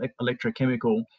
electrochemical